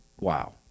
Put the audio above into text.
Wow